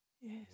Yes